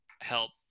help